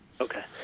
okay